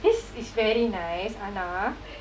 this is very nice ஆனா:aanaa